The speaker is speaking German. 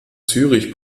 zürich